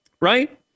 Right